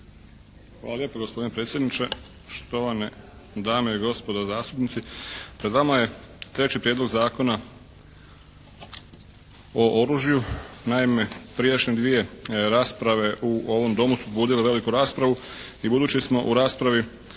Hvala lijepa gospodine predsjedniče, štovane dame i gospodo zastupnici. Pred nama je treći Prijedlog Zakona o oružju. Naime, prijašnje dvije rasprave u ovom Domu su pobudile veliku raspravu i budući smo u raspravi